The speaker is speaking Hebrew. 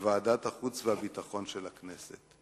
לוועדת החוץ והביטחון של הכנסת.